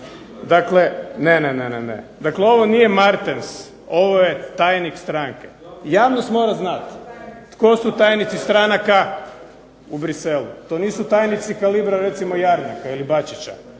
Dakle, ne, ne ovo nije Martens ovo je tajnik stranke. Javnost mora znati tko su tajnici stranaka u Bruxellesu. To su nisu tajnici kalibra recimo Jarnjaka ili Bačića.